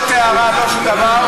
לא טהרה, לא שום דבר.